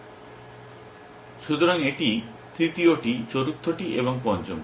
সুতরাং এটি তৃতীয়টি চতুর্থটি এবং পঞ্চমটি